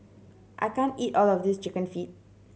I can't eat all of this Chicken Feet